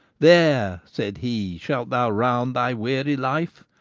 there, said he, shalt thou round thy weary life,